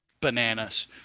bananas